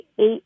eight